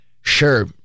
sure